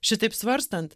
šitaip svarstant